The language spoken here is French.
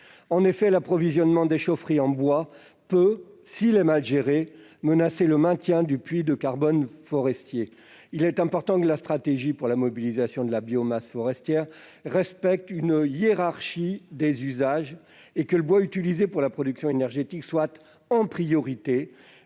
En effet, l'approvisionnement des chaufferies en bois peut, s'il est mal géré, menacer le maintien du puits de carbone forestier. Il est important que la stratégie pour la mobilisation de la biomasse forestière respecte une hiérarchie des usages et que le bois utilisé pour la production énergétique provienne en priorité